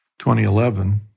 2011